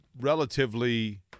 relatively –